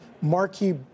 marquee